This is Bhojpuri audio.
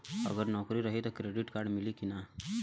अगर नौकरीन रही त क्रेडिट कार्ड मिली कि ना?